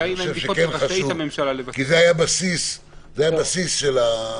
זה היה בסיס, זה חשוב.